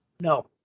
No